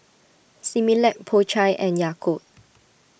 Similac Po Chai and Yakult